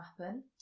happen